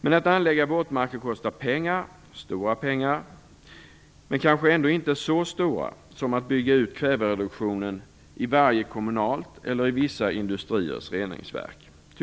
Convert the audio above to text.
Men att anlägga våtmarker kostar pengar - stora pengar men kanske ändå inte så stora som att bygga ut kvävereduktionen i varje kommunalt eller i vissa industriers reningsverk.